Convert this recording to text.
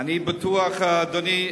אני בטוח, אדוני.